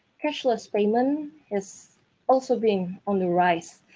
cashless payment is also being on the rise.